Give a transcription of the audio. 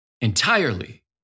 entirely